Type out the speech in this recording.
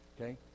okay